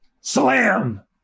Slam